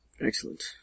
Excellent